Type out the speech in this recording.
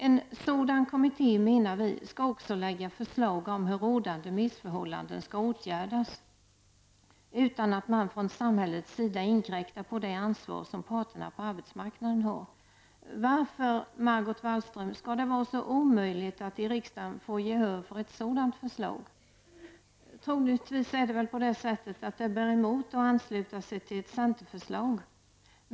En sådan kommitté, menar vi, skall också lägga förslag om hur rådande missförhållanden skall åtgärdas, utan att man från samhällets sida inkräktar på det ansvar parterna på arbetsmarknaden har. Varför, Margot Wallström, skall det vara så omöjligt att i riksdagen få gehör för ett sådant förslag? Troligtvis är det på det sättet att det bär emot att ansluta sig till ett centerförslag.